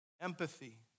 empathy